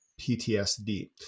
PTSD